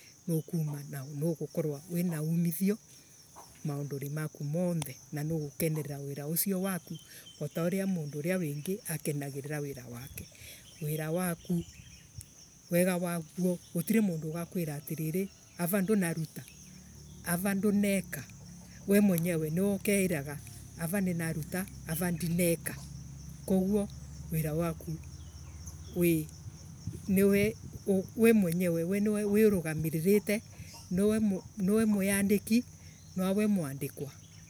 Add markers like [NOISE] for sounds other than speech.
Nukuma na nuguorwa wina umithio [NOISE] maundurii maku monthe na nugukenerera wira ucio waku otauria mundu uria wingi akenagirira wira wake. Wira waku wega waguo gutinamundu ugakwira atiririi ava ndunaruta ava nduneka we mwenyewe niwe ukeiraga ava ninavuta ava ndineka koguo wira waku wii niwe we mwenyewe niwe wirugamiririte niwe mwiandaki nouawe mwandikwa.